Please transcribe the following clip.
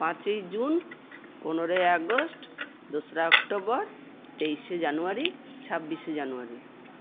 পাঁচই জুন পনেরোই আগস্ট দোসরা অক্টোবর তেইশে জানুয়ারি ছাব্বিশে জানুয়ারি